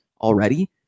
already